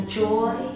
joy